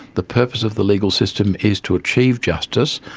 the purpose of the legal system is to achieve justice,